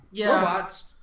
robots